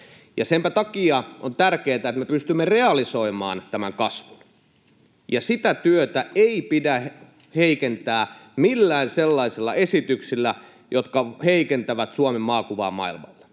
Senpä takia on tärkeätä, että me pystymme realisoimaan tämän kasvun. Sitä työtä ei pidä heikentää millään sellaisilla esityksillä, jotka heikentävät Suomen maakuvaa maailmalla.